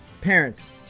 parents